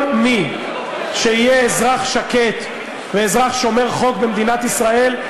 כל מי שיהיה אזרח שקט ואזרח שומר חוק במדינת ישראל,